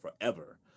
forever